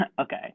Okay